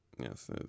Yes